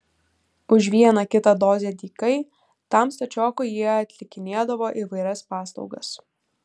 už vieną kitą dozę dykai tam stačiokui jie atlikinėdavo įvairias paslaugas